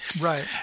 Right